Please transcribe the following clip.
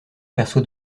perçoit